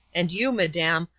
and you, madam,